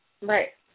Right